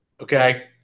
Okay